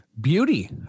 Beauty